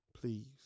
Please